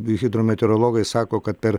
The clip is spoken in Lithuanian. bei hidrometeorologai sako kad per